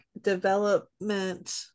development